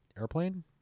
airplane